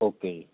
okay ਜੀ